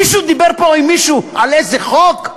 מישהו דיבר פה עם מישהו על איזה חוק?